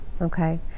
Okay